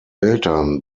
eltern